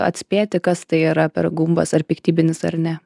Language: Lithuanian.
atspėti kas tai yra per gumbas ar piktybinis ar ne